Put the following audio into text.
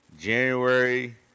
January